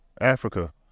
Africa